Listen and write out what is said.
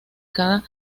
cada